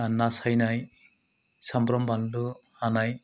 आर ना सायनाय सामब्राम बानलु हानाय